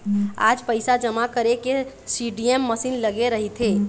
आज पइसा जमा करे के सीडीएम मसीन लगे रहिथे